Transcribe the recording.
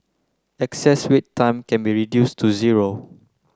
excess wait time can be reduced to zero